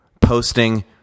posting